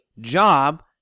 job